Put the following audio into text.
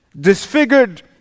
disfigured